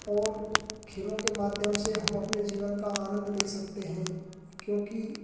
और खेलों के माध्यम से हम अपने जीवन का आनंद ले सकते हैं क्योंकि